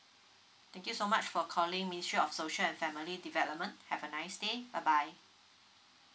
thank you so much for calling ministry of social and family development have a nice day bye bye